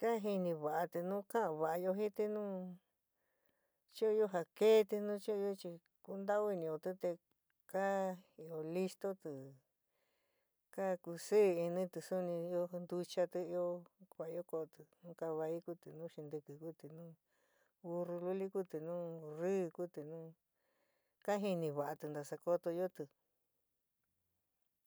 Ka jɨni va'ati nu ka'an va'ayo jɨnti nu chu'unyo ja kéti nu chu'unyo chi kuntáu inɨótɨ te ka ió listótɨ ka kusɨɨ initɨ suni ió ntúchati ió kua'ayo ko'oti nu cabállu kuti, nu xintikɨ kuti nu burru luli kuti, nu rrí kuti nu ka jinɨ va'ati nasa kotoyóti.